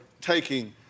taking